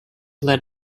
led